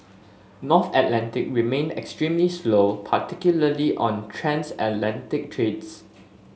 North Atlantic remained extremely slow particularly on the transatlantic trades